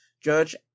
Judge